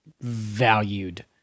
valued